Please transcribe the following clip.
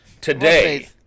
Today